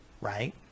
right